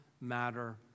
matter